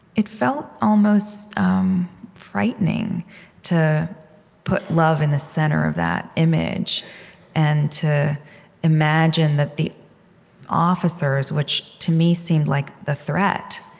it felt almost frightening to put love in the center of that image and to imagine that the officers, which to me seemed like the threat,